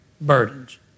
burdens